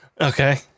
Okay